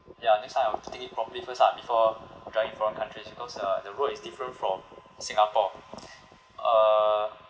ya next time I'll think it properly first lah before driving in foreign countries because uh the road is different from singapore uh